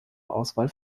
auswahl